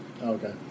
Okay